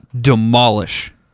demolish